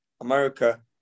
America